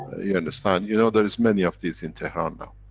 you you understand, you know there is many of these in tehran now.